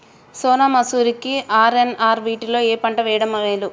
సోనా మాషురి కి ఆర్.ఎన్.ఆర్ వీటిలో ఏ పంట వెయ్యడం మేలు?